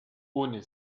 ohne